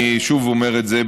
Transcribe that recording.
אני שוב אומר את זה,